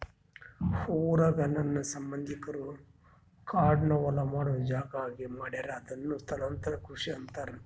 ಊರಾಗ ನನ್ನ ಸಂಬಂಧಿಕರು ಕಾಡ್ನ ಹೊಲ ಮಾಡೊ ಜಾಗ ಆಗಿ ಮಾಡ್ಯಾರ ಅದುನ್ನ ಸ್ಥಳಾಂತರ ಕೃಷಿ ಅಂತಾರ